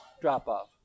drop-off